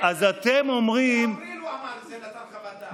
באפריל הוא אמר את זה, נתן חוות דעת.